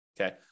okay